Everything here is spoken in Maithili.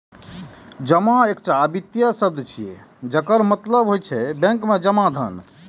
जमा एकटा वित्तीय शब्द छियै, जकर मतलब होइ छै बैंक मे जमा धन